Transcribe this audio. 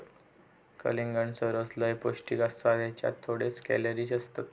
कलिंगडाचो रस लय पौंष्टिक असता त्येच्यात थोडेच कॅलरीज असतत